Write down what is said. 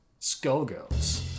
Skullgirls